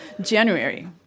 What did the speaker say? January